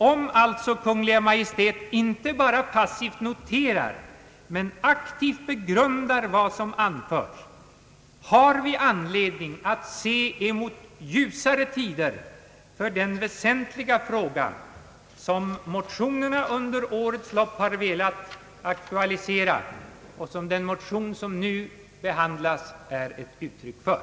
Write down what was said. Om alltså Kungl. Maj:t inte bara passivt noterar utan aktivt begrundar vad som anförts, har vi anledning att se fram emot ljusare tider för den väsentliga fråga, som motionerna under årens lopp velat aktualisera och som den motion som nu behandlas är ett uttryck för.